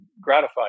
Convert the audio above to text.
gratified